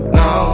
no